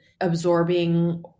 absorbing